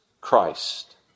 Christ